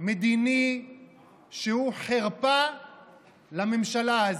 מדיני שהוא חרפה לממשלה הזאת.